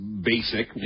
basic